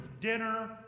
dinner